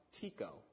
Tico